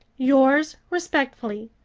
yours respectfully,